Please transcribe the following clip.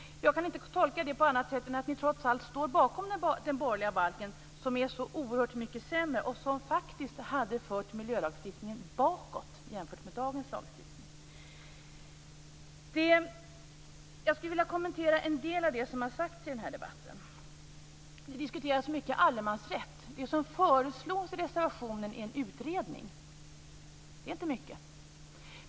Jag kan inte tolka det på annat sätt än att ni trots allt står bakom den borgerliga balken som var så oerhört mycket sämre och som faktiskt hade fört miljölagstiftningen bakåt jämfört med dagens lagstiftning. Jag skulle vilja kommentera en del av det som har sagts i den här debatten. Det diskuteras mycket allemansrätt. Det som föreslås i reservationen är en utredning. Det är inte mycket.